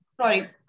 sorry